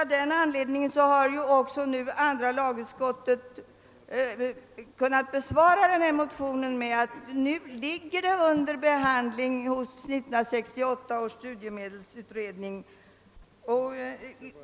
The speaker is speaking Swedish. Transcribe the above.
Av den anledningen har också andra lagutskottet kunnat besvara denna motion med att ärendet nu är under prövning i 1968 års studiemedelsutredning.